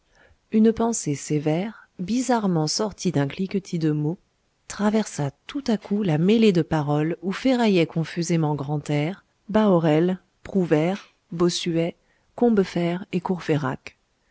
une pensée sévère bizarrement sortie d'un cliquetis de mots traversa tout à coup la mêlée de paroles où ferraillaient confusément grantaire bahorel prouvaire bossuet combeferre et